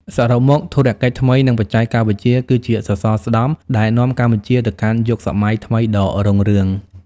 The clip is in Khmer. សរុបមក ធុរកិច្ចថ្មី និងបច្ចេកវិទ្យាគឺជាសសរស្តម្ភដែលនាំកម្ពុជាទៅកាន់យុគសម័យថ្មីដ៏រុងរឿង។